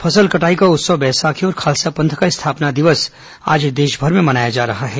फसल कटाई का उत्सव बैसाखी और खालसा पंथ का स्थापना दिवस आज देशभर में मनाया जा रहा है